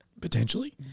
Potentially